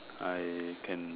I can